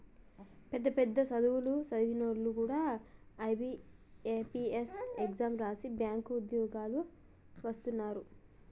పెద్ద పెద్ద సదువులు సదివినోల్లు కూడా ఐ.బి.పీ.ఎస్ ఎగ్జాం రాసి బ్యేంకు ఉద్యోగాలకు వస్తున్నరు